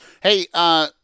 Hey